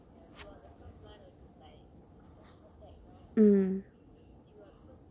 mm